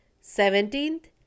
seventeenth